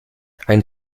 ein